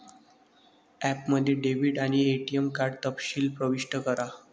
ॲपमध्ये डेबिट आणि ATM card तपशील प्रविष्ट करा